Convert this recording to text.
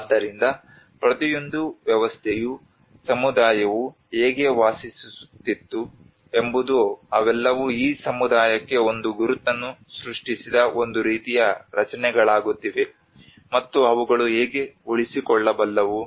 ಆದ್ದರಿಂದ ಪ್ರತಿಯೊಂದು ವ್ಯವಸ್ಥೆಯು ಸಮುದಾಯವು ಹೇಗೆ ವಾಸಿಸುತ್ತಿತ್ತು ಎಂಬುದು ಅವೆಲ್ಲವೂ ಈ ಸಮುದಾಯಕ್ಕೆ ಒಂದು ಗುರುತನ್ನು ಸೃಷ್ಟಿಸಿದ ಒಂದು ರೀತಿಯ ರಚನೆಗಳಾಗುತ್ತಿವೆ ಮತ್ತು ಅವುಗಳು ಹೇಗೆ ಉಳಿಸಿಕೊಳ್ಳಬಲ್ಲವು